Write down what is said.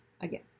Again